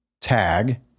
tag